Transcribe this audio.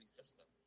system